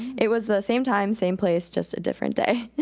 it was the same time, same place, just a different day.